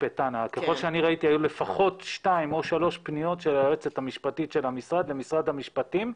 היו לפחות שלוש פניות של היועצת המשפטית של המשרד למשרד המשפטים,